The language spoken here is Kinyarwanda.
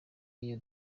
iyo